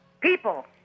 People